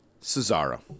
Cesaro